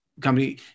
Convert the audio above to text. company